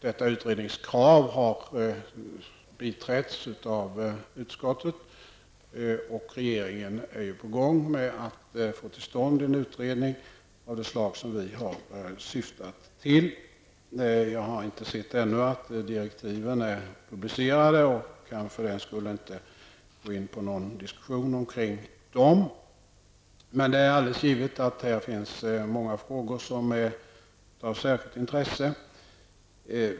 Detta utredningskrav har biträtts av utskottet, och regeringen är på gång att få till stånd en utredning av det slag som vi har syftat till. Jag har ännu inte sett att direktiven har publicerats, och jag kan av den anledningen inte gå in i någon diskussion om dem. Men det är alldeles givet att det i detta sammahang finns många frågor som är av särskilt intresse.